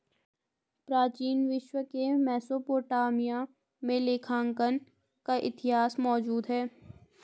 प्राचीन विश्व के मेसोपोटामिया में लेखांकन का इतिहास मौजूद है